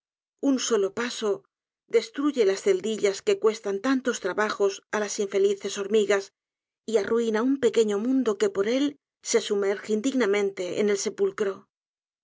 un solo paso destruye las celdillas que cuestan tantos trabajos á las infelices hormigas y arruina un pequeño mundo que por él se sumerge indignamente en el sepulcro